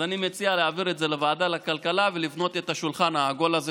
אז אני מציע להעביר את זה לוועדת הכלכלה ולבנות את השולחן העגול הזה.